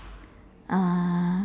uh